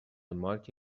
مارک